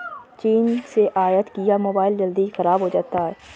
चीन से आयत किया मोबाइल जल्दी खराब हो जाता है